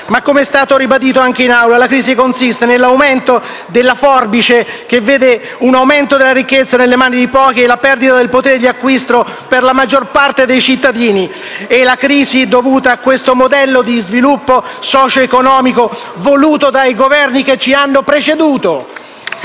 ma, come è stato ribadito anche in Aula, la crisi consiste nell'aumento della forbice, che vede un aumento della ricchezza nelle mani di pochi e la perdita del potere d'acquisto per la maggior parte dei cittadini. È una crisi dovuta a questo modello di sviluppo socioeconomico, voluto dai Governi che ci hanno preceduto!